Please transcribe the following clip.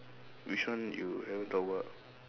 which one you haven't talk about